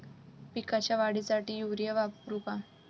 पिकाच्या वाढीसाठी युरिया वापरू का?